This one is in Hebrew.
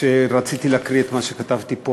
רציתי להקריא את מה שכתבתי פה.